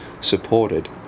supported